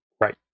Right